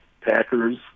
Packers